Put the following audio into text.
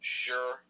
sure